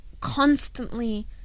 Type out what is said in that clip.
constantly